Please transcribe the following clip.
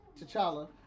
T'Challa